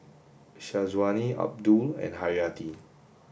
Syazwani Abdul and Haryati